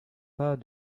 pas